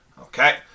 Okay